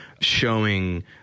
showing